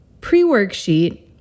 pre-worksheet